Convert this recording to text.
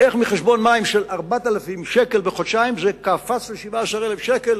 איך מחשבון של 4,000 שקל בחודשיים זה קפץ ל-17,000 שקל,